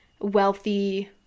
wealthy